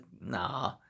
nah